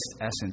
essence